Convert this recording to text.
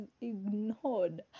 ignored